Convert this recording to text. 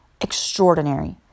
extraordinary